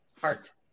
Heart